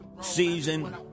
season